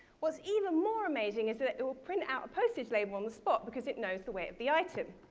what's even more amazing is it will print out a postage label on the spot, because it knows the way of the item.